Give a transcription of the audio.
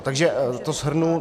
Takže to shrnu.